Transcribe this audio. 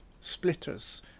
splitters